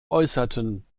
äußerten